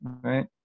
Right